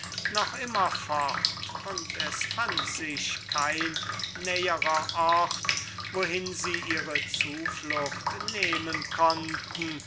noch immer fort und es fand sich kein näherer ort wohin sie ihre zuflucht nehmen konnten